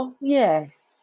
Yes